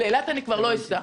לאילת אני כבר לא אסע.